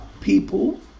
people